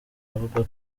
avuga